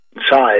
size